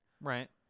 Right